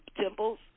temples